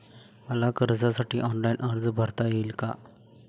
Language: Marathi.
मला कर्जासाठी ऑनलाइन अर्ज भरता येईल का?